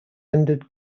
ended